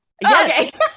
Yes